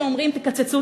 שאומרים: תקצצו,